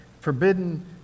forbidden